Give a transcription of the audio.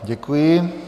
Děkuji.